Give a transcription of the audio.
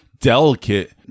delicate